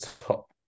Top